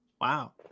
Wow